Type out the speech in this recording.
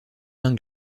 mains